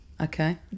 Okay